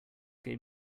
gave